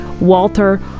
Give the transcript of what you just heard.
Walter